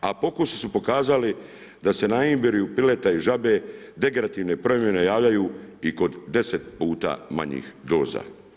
A pokusi su pokazali da se na embriju pileta i žabe degenerativne promjene javljaju i kod 10 puta manjih doza.